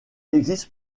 existe